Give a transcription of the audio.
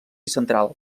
central